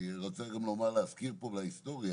אני שמעתי חלק מהדברים של ד"ר בלאו,